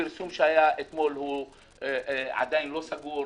הפרסום שהיה אתמול עדיין לא "סגור".